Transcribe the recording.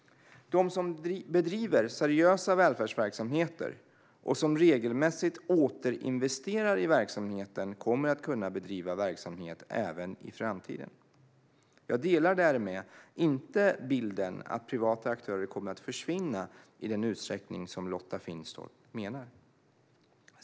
De som bedriver seriösa välfärdsverksamheter och som regelmässigt återinvesterar i verksamheten kommer att kunna bedriva verksamhet även i framtiden. Jag delar därmed inte bilden att privata aktörer kommer att försvinna i den utsträckning som Lotta Finstorp menar.